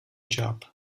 job